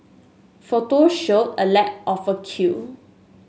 photos showed a lack of a queue